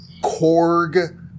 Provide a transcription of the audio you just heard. Korg